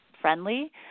Friendly